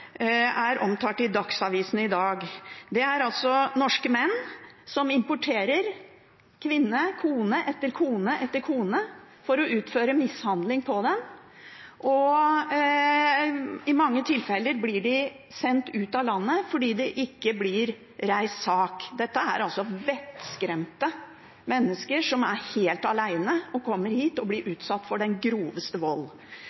er omtalt i Dagsavisen i dag. Det er norske menn som importerer kvinner – kone etter kone etter kone – for å mishandle dem. I mange tilfeller blir de sendt ut av landet fordi det ikke blir reist sak. Dette er vettskremte mennesker som er helt alene, som kommer hit og blir utsatt for den groveste vold.